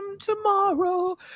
tomorrow